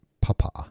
papa